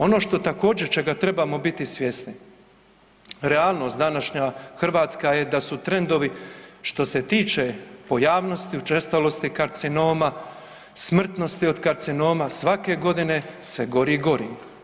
Ono što također, čega trebamo biti svjesni realnost današnja hrvatska je da su trendovi što se tiče pojavnosti i učestalosti karcinoma, smrtnosti od karcinoma, svake godine sve gori i gori.